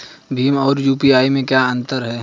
भीम और यू.पी.आई में क्या अंतर है?